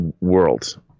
world